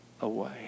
away